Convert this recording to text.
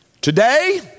Today